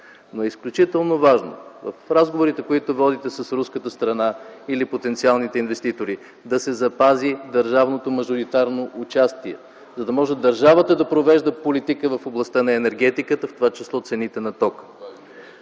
но е изключително важно в разговорите, които водите с руската страна или потенциалните инвеститори, да се запази държавното мажоритарно участие, за да може държавата да провежда политика в областта на енергетиката, в това число цените на тока.